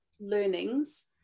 learnings